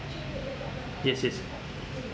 yes yes